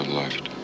left